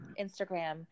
Instagram